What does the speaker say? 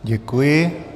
Děkuji.